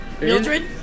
Mildred